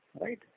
Right